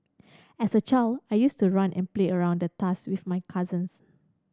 as a child I used to run and play around the tusk with my cousins